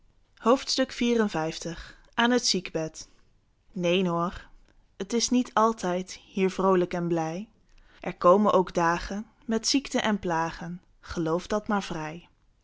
aan het ziekbed neen hoor t is niet altijd hier vroolijk en blij er komen ook dagen met ziekten en plagen geloof dat maar vrij